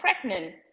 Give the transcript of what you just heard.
pregnant